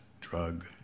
Drug